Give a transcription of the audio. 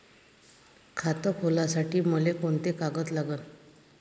खात खोलासाठी मले कोंते कागद लागन?